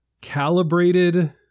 calibrated